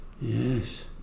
yes